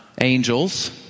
angels